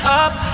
up